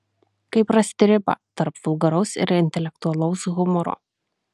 kaip rasti ribą tarp vulgaraus ir intelektualaus humoro